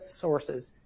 sources